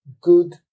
good